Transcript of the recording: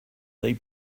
they